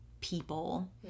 people